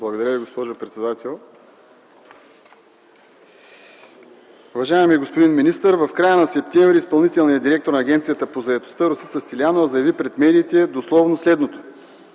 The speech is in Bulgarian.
Благодаря Ви, госпожо председател. Уважаеми господин министър, в края на м. септември изпълнителният директор на Агенцията по заетостта Росица Стилиянова заяви пред медиите дословно следното: